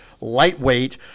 lightweight